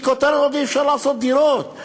מכותרת עוד אי-אפשר לעשות דירות.